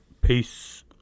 peace